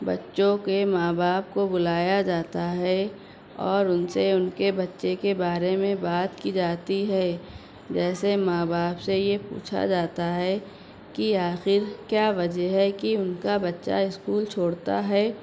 بچوں کے ماں باپ کو بلایا جاتا ہے اور ان سے ان کے بچے کے بارے میں بات کی جاتی ہے جیسے ماں باپ سے یہ پوچھا جاتا ہے کہ آخر کیا وجہ ہے کہ ان کا بچہ اسکول چھوڑتا ہے